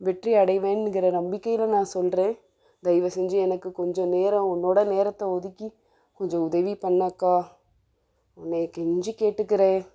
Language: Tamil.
வெற்றி அடையுவேன்ங்கற நம்பிக்கையில் நான் சொல்கிறேன் தயவு செஞ்சு எனக்கு கொஞ்ச நேரம் உன்னோடய நேரத்தை ஒதுக்கி கொஞ்சம் உதவி பண்ணு அக்கா உன்னை கெஞ்சி கேட்டுக்கிறேன்